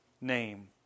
name